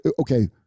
Okay